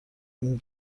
این